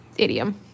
idiom